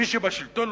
מי שבשלטון,